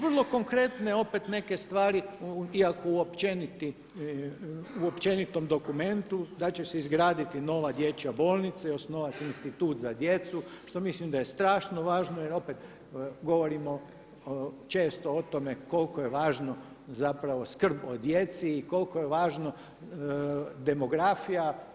Vrlo konkretne opet neke stvari iako u općenitom dokumentu, da će se izgraditi nova dječja bolnica i osnovati institut za djecu, što mislim da je strašno važno jer opet govorimo o tome koliko je važno zapravo skrb o djeci i koliko je važno demografija.